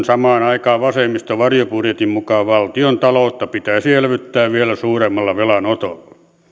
samaan aikaan vasemmiston varjobudjetin mukaan valtiontaloutta pitäisi elvyttää vielä suuremmalla velanotolla